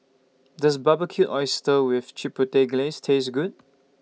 Does Barbecued Oysters with Chipotle Glaze Taste Good